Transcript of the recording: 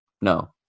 no